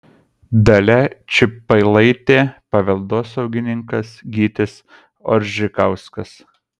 dalia čiupailaitė paveldosaugininkas gytis oržikauskas